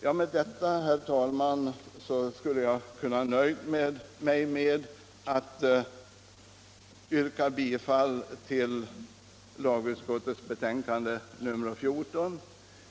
Jag skulle, herr talman, ha kunnat nöja mig med att efter det nu anförda yrka bifall till lagutskottets hemställan i betänkandet nr 14.